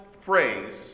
phrase